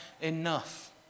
enough